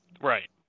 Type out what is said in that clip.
right